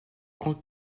contre